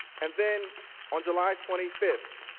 and then on july twenty fifth,